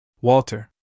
Walter